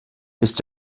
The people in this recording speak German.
ist